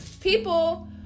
people